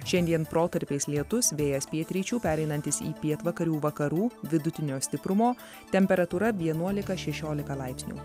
šiandien protarpiais lietus vėjas pietryčių pereinantis į pietvakarių vakarų vidutinio stiprumo temperatūra vienuolika šešiolika laipsnių